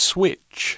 Switch